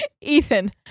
Ethan